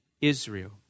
Israel